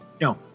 No